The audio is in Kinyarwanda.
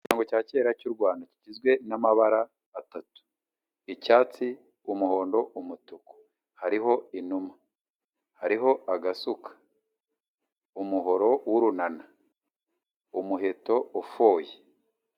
Ikirango cya kera cy'urwanda kigizwe n'amabara atatu; icyatsi, umuhondo, umutuku. Hariho inuma, hariho agasuka umuhoro w'urunana umuheto ufoye.